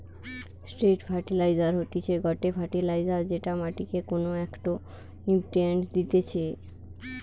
straight fertiliser হতিছে গটে fertiliser যেটা মাটিকে কোনো একটো নিউট্রিয়েন্ট দিতেছে